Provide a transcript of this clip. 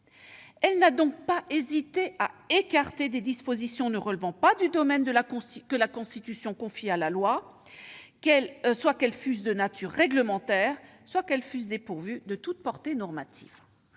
Elle n'a donc pas hésité à écarter des dispositions qui ne relèvent pas du domaine que la Constitution confie à la loi, qu'elles fussent soit de nature réglementaire, soit dépourvues de portée normative.